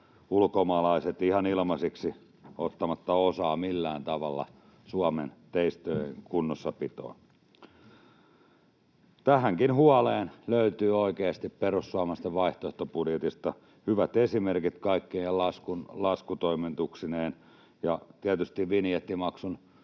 ulkomaalaiset ajelevat ihan ilmaiseksi ottamatta osaa millään tavalla Suomen tiestön kunnossapitoon. Tähänkin huoleen löytyy oikeasti perussuomalaisten vaihtoehtobudjetista hyvät esimerkit kaikkine laskutoimituksineen. Vinjettimaksun